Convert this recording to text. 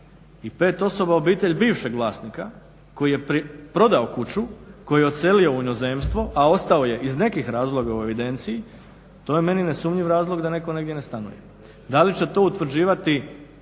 i pet osoba obitelj bivšeg vlasnika koji je prodao kuću, koji je odselio u inozemstvo, a ostao je iz nekih razloga u evidenciji to je meni nesumnjiv razlog da netko negdje ne stanuje. Da li će to utvrđivati